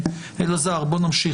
אלעזר בוא, נמשיך.